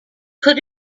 could